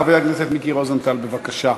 חבר הכנסת מיקי רוזנטל, בבקשה.